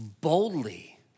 boldly